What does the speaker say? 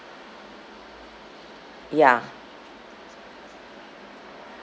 ya